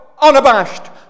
unabashed